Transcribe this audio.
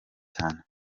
cyane